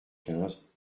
quinze